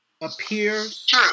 Appears